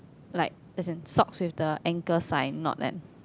like as in socks with the anchor sign not lamb